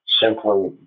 simply